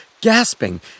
gasping